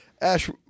Ash